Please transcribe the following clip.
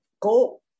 go